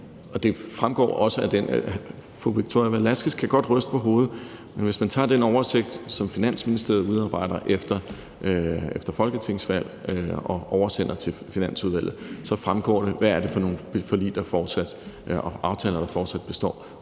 at flertallet bortfaldt. Fru Victoria Velasquez kan godt ryste på hovedet, men hvis man tager den oversigt, som Finansministeriet udarbejder efter folketingsvalg og oversender til Finansudvalget, fremgår det, hvad det er for nogle forlig og aftaler, der fortsat består.